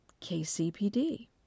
KCPD